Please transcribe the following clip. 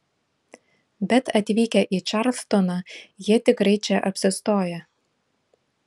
bet atvykę į čarlstoną jie tikrai čia apsistoja